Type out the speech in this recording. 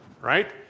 right